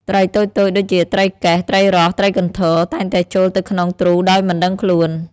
ត្រីតូចៗដូចជាត្រីកែស ត្រីរស់ និងកន្ធរ តែងតែចូលទៅក្នុងទ្រូដោយមិនដឹងខ្លួន។